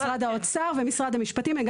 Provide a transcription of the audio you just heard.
משרד האוצר ומשרד המשפטים.